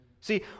See